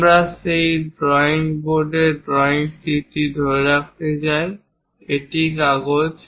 আমরা সেই ড্রয়িং বোর্ডে ড্রয়িং শীটটি ধরে রাখতে চাই এটিই কাগজ